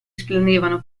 splendevano